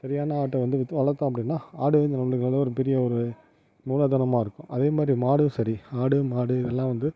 சரியான ஆட்டை வந்து வளர்தோம் அப்படின்னா ஆடு வந்து நம்மளுக்கு வந்து பெரிய ஒரு மூலதனமாக இருக்கும் அதேமாதிரி மாடும் சரி ஆடு மாடு இதெல்லாம் வந்து